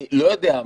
אני לא יודע מה,